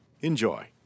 Enjoy